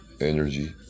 energy